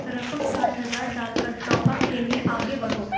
رقم ساٹھ ہزار ڈال کر ٹاپ اپ کے لیے آگے بڑھو